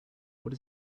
what